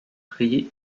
riz